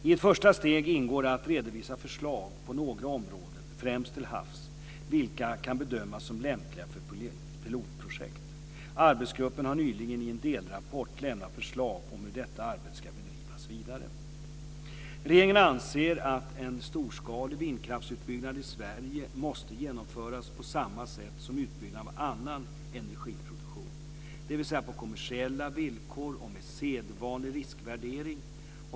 I ett första steg ingår att redovisa förslag på några områden, främst till havs, vilka kan bedömas som lämpliga för pilotprojekt. Arbetsgruppen har nyligen i en delrapport lämnat förslag om hur detta arbete ska bedrivas vidare. Regeringen anser att en storskalig vindkraftsutbyggnad i Sverige måste genomföras på samma sätt som utbyggnad av annan energiproduktion, dvs. på kommersiella villkor och med sedvanlig riskvärdering.